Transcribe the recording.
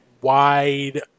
wide